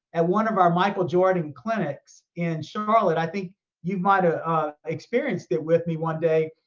at one of our michael jordan clinics in charlotte, i think you might've experienced it with me one day,